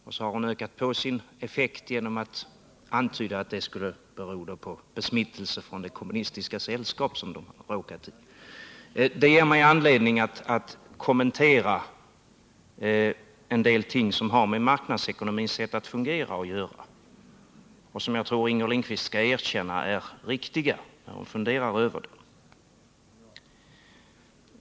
Hon har sedan försökt öka på effekten av detta genom att antyda att det skulle ha berott på besmittelse från det kommunistiska sällskap som de råkat hamna i. Det ger mig anledning att kommentera en del ting som har att göra med marknadsekonomins sätt att fungera. Jag tror att Inger Lindquist skall erkänna att det jag säger är riktigt, när hon har funderat över det.